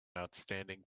outstanding